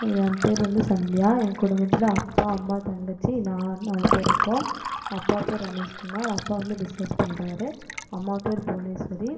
என் பெயரு வந்து சந்தியா எங்கள் குடும்பத்தில் அப்பா அம்மா தங்கச்சி நான் நாலு பேர் இருக்கோம் அப்பா பெயரு ரமேஷ்குமார் அப்பா வந்து பிஸ்னஸ் பண்ணுறாரு அம்மா பெயரு புவனேஸ்வரி